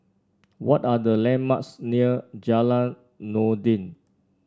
what are the landmarks near Jalan Noordin